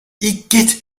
igitt